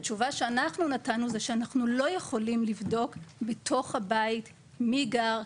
התשובה שאנחנו נתנו זה שאנחנו לא יכולים לבדוק בתוך הבית מי גר,